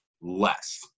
less